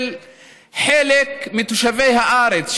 שהם חלק מתושבי הארץ,